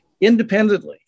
independently